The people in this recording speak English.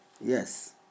Yes